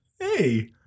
hey